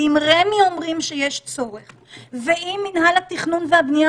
ואם רמ"י אומרים שיש צורך ואם מינהל התכנון והבנייה